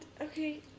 okay